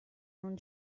non